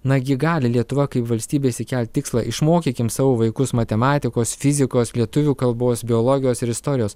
nagi gali lietuva kaip valstybė išsikelt tikslą išmokykim savo vaikus matematikos fizikos lietuvių kalbos biologijos ir istorijos